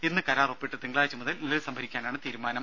ഇന്ന് കരാർ ഒപ്പിട്ട് തിങ്കളാഴ്ച മുതൽ നെല്ല് സംഭരിക്കാനാണ് തീരുമാനം